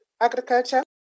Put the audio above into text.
Agriculture